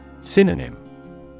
Synonym